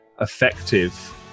effective